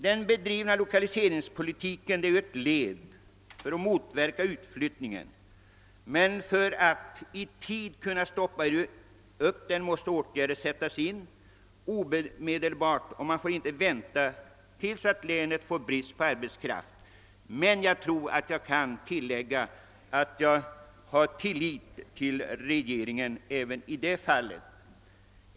Den bedrivna lokaliseringspolitiken är ett led i strävandena att motverka utflyttningen. För att man i tid skall kunna stoppa upp denna måste emellertid åtgärder sättas in omedelbart. Man får inte vänta tills länet har brist på arbetskraft. Jag vill dock tillägga att jag har tillit till regeringen även i det fallet.